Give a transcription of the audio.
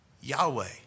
Yahweh